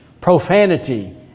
profanity